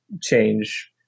change